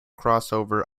crossover